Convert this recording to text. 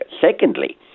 Secondly